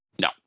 no